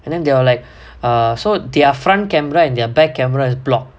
and then they are like err so their front camera and their back cameras block